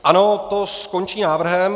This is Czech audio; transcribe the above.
Ano, to skončí návrhem.